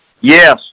Yes